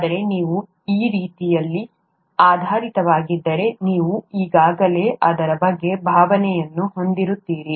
ಆದರೆ ನೀವು ಆ ರೀತಿಯಲ್ಲಿ ಆಧಾರಿತವಾಗಿದ್ದರೆ ನೀವು ಈಗಾಗಲೇ ಅದರ ಬಗ್ಗೆ ಭಾವನೆಯನ್ನು ಹೊಂದಿರುತ್ತೀರಿ